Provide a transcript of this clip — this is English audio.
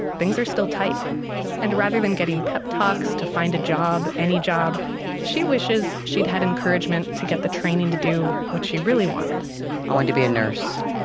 things are still tight and rather than getting pep talks to find a job, any job she wishes she'd had encouragement to get the training to do what she really wanted i wanted and to be a nurse.